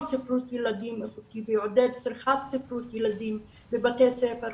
ספרות ילדים איכותית ויעודד צריכת ספרות ילדים בבתי ספר,